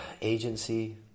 agency